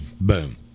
boom